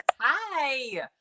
Hi